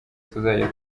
tuzajya